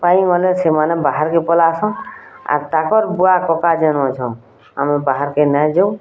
ପାଇ ଗଲେ ସେମାନେ ବାହାରକେ ପଲା ଆସନ୍ ଆଉ ତାଙ୍କର ବୁଆ କକା ଯେନ୍ ଅଛନ୍ ଆମର ବାହାରକେ ନେଇ ଯାଉ